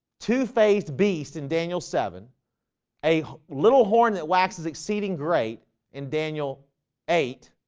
two-faced beast in daniel seven a little horn that wax is exceeding great in daniel eight